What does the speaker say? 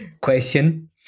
question